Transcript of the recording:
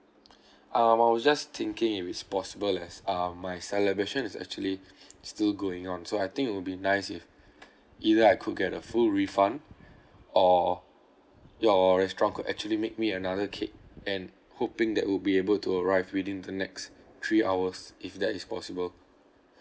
um I was just thinking if it's possible as um my celebration is actually still going on so I think would be nice if either I could get a full refund or your restaurant could actually make me another cake and hoping that would be able to arrive within the next three hours if that is possible